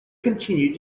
continued